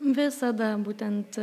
visada būtent